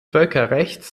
völkerrechts